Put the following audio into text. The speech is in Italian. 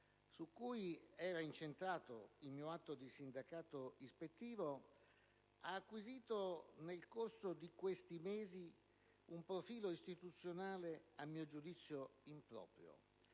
su cui era incentrato il mio atto di sindacato ispettivo ha acquisito nel corso di questi mesi un profilo istituzionale a mio giudizio improprio,